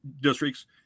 districts